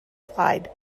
clyde